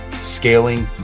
scaling